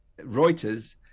reuters